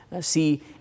See